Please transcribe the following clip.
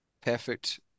perfect